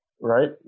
Right